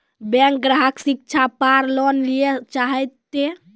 Bank ग्राहक शिक्षा पार लोन लियेल चाहे ते?